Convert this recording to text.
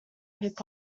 hip